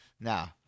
Now